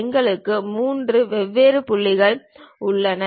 எங்களுக்கு 3 வெவ்வேறு புள்ளிகள் உள்ளன